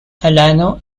alana